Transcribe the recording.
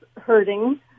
hurting